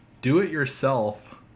do-it-yourself